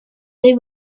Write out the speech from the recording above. they